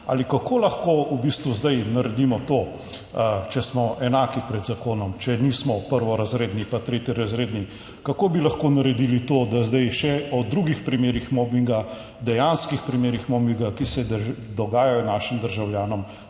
ali kako lahko v bistvu zdaj naredimo to, če smo enaki pred zakonom, če nismo prvorazredni, pa tretjerazredni, kako bi lahko naredili to, da zdaj še o drugih primerih mobinga, dejanskih primerih mobinga, ki se dogajajo našim državljanom,